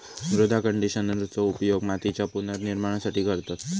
मृदा कंडिशनरचो उपयोग मातीच्या पुनर्निर्माणासाठी करतत